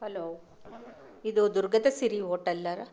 hello ಇದು ದುರ್ಗದ ಸಿರಿ ಹೋಟಲ್ಲರ